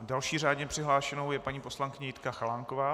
Další řádně přihlášenou je paní poslankyně Jitka Chalánková.